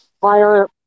fire